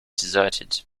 deserted